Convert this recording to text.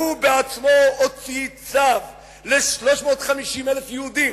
הוא עצמו הוציא צו ל-350,000 יהודים,